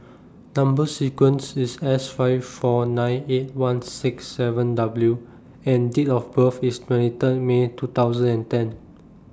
Number sequence IS S five four nine eight one six seven W and Date of birth IS twenty Third May two thousand and ten